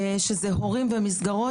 שזה הורים ומסגרות,